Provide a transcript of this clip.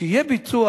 שיהיה ביצוע